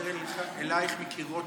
תוכניות תרבות